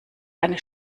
eine